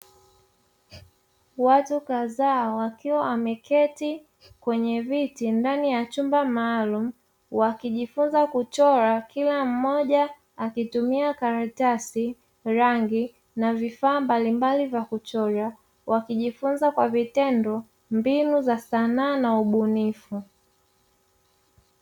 Watu kadhaa wakiwa wameketi kwenye viti ndani ya chumba maalumu wakijifunza kuchora kila mmoja akitumia karatasi, rangi na vifaa mbalimbali vya kuchorea wakijifunza kwa vitendo mbinu za sanaa na ubunifu.